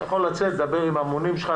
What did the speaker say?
אתה יכול לצאת ולדבר עם הממונים עליך,